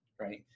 right